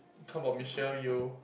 how about Michelle-Yeo